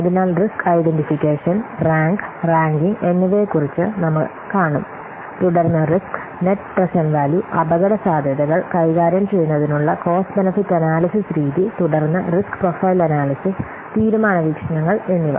അതിനാൽ risk identification rank ranking എന്നിവയെക്കുറിച്ച് നമ്മൾ കാണും തുടർന്ന് റിസ്ക് നെറ്റ് പ്രേസേന്റ്റ് വാല്യൂ അപകടസാധ്യതകൾ കൈകാര്യം ചെയ്യുന്നതിനുള്ള കോസ്റ്റ് ബെനിഫിറ്റ് അനാലിസിസ് രീതി തുടർന്ന് റിസ്ക് പ്രൊഫൈൽ അനാല്യ്സിസ് തീരുമാന വീക്ഷണങ്ങൾ എന്നിവ